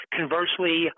Conversely